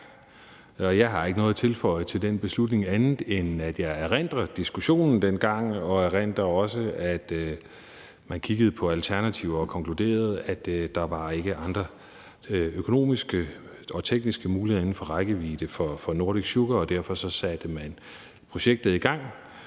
Jeg har ikke noget at tilføje til den beslutning, andet end at jeg erindrer diskussionen dengang, og jeg erindrer også, at man kiggede på alternativer og konkluderede, at der ikke var andre økonomiske og tekniske muligheder inden for rækkevidde for Nordic Sugar, så derfor satte man projektet i gang.